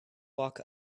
walk